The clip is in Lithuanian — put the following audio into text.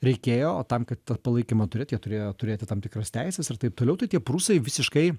reikėjo o tam kad tą palaikymą turėt jie turėjo turėti tam tikras teises ir taip toliau tai tie prūsai visiškai